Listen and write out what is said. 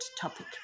topic